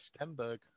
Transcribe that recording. Stenberg